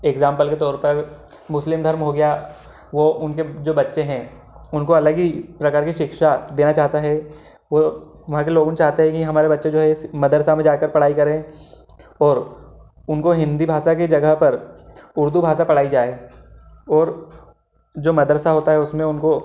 example के तौर पर मुस्लिम धर्म हो गया वह उनके जो बच्चे हैं उनको अलग ही प्रकार की शिक्षा देना चाहता है वह वहाँ के लोग चाहते है कि हमारे बच्चे जो है मदरसा में जाकर पढ़ाई करें और उनको हिंदी भाषा के जगह पर उर्दू भाषा पढ़ाई जाए और जो मदरसा होता है उसमें उनको